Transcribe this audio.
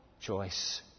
choice